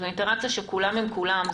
זו אינטראקציה שכולם עם כולם.